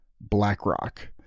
BlackRock